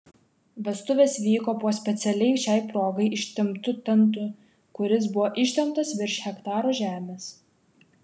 vestuvės vyko po specialiai šiai proga ištemptu tentu kuris buvo ištemptas virš hektaro žemės